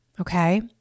Okay